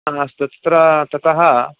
तत्र ततः